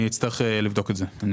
אני אצטרך לבדוק את זה.